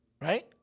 Right